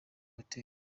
hotel